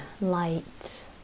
light